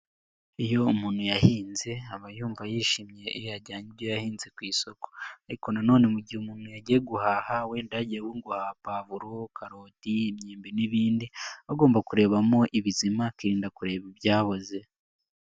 Iyo umuntu yahinze, aba yumva yishimye iyo yajyanye ibyo yahinze ku isoko ariko nanone mu gihe umuntu yagiye guhaha wenda yagiye nko guhaha pavuro, karoti, immyembi n'ibindi, agomba kurebamo ibizima akirinda kureba ibyahoze.